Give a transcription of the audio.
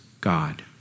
God